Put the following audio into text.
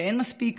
שאין מספיק,